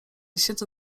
siedzę